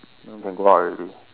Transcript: then we can go out already